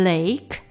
Lake